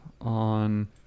on